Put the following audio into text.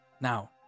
Now